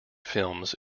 films